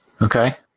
okay